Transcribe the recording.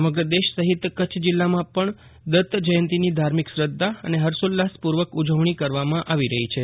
સમગ્ર દેશ સહિત કચ્છ જિલ્લામાં પણ દત્ત જયંતિની ધાર્મિક શ્રદ્વા અને હર્ષોલ્લાસપૂર્વક ઉજવણી કરવામાં આવી રહી છે